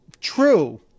true